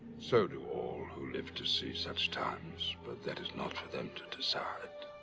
so do all who live to see such times but that is not for them to decide